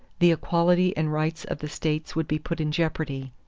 the equality and rights of the states would be put in jeopardy.